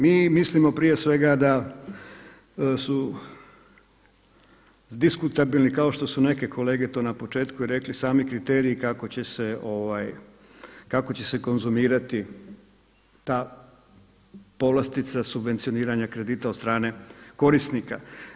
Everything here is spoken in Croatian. Mi mislimo prije svega da su diskutabilni kao što su neke kolege to na početku i rekli, sami kriteriji kako će se konzumirati ta povlastica subvencioniranja kredita od strane korisnika.